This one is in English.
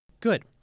Good